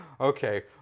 Okay